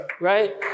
Right